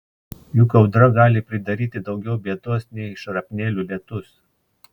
juk audra gali pridaryti daugiau bėdos nei šrapnelių lietus